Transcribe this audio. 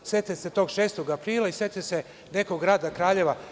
Sete se tog 6. aprila i sete se nekog grada Kraljeva.